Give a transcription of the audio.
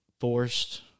forced